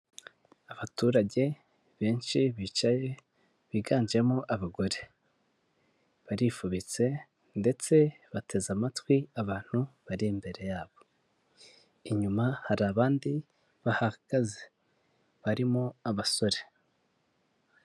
Abaturage benshi bicaye, biganjemo abagore. Barifubitse ndetse bateze amatwi abantu bari imbere yabo, inyuma hari abandi bahagaze barimo abasore.